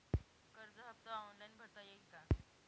कर्ज हफ्ता ऑनलाईन भरता येईल का?